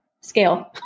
scale